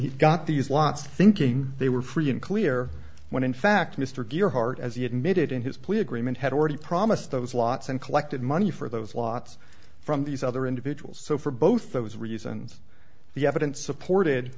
he got these lots thinking they were free and clear when in fact mr gearhart as he admitted in his plea agreement had already promised those lots and collected money for those lots from these other individuals so for both those reasons the evidence supported